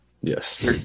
Yes